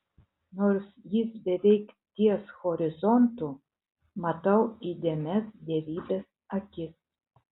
nors jis beveik ties horizontu matau įdėmias dievybės akis